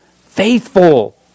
faithful